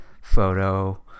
photo